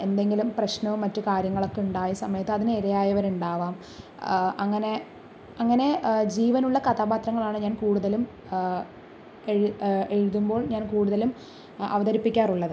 എന്തെങ്കിലും പ്രശ്നമോ മറ്റു കാര്യങ്ങളൊക്കെ ഉണ്ടായ സമയത്ത് അതിനു ഇരയായവരുണ്ടാവാം അങ്ങനെ അങ്ങനെ ജീവനുള്ള കഥാപാത്രങ്ങളാണ് ഞാന് കൂടുതലും എഴുതുമ്പോള് ഞാന് കൂടുതലും അവതരിപ്പിക്കാറുള്ളത്